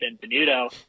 Benvenuto